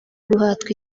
guhatwa